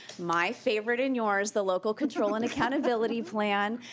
my favorite and yours, the local control and accountability plan.